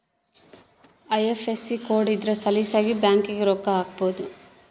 IFSC code ಇದ್ರ ಸಲೀಸಾಗಿ ಬ್ಯಾಂಕಿಗೆ ರೊಕ್ಕ ಹಾಕ್ಬೊದು